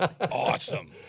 Awesome